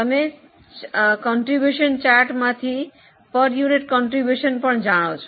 તમે ફાળો ચાર્ટ માંથી એકમ દીઠ ફાળો પણ જાણો છો